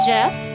Jeff